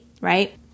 right